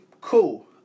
cool